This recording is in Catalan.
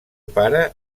pare